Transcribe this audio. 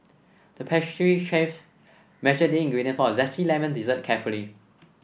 the pastry chef measured the ingredients for a zesty lemon dessert carefully